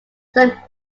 some